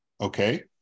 Okay